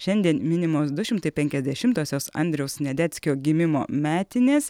šiandien minimos du šimtai penkiasdešimtosios andriaus sniadeckio gimimo metinės